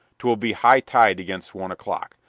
twill be high tide against one o'clock.